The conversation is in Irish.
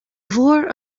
mhór